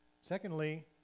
Secondly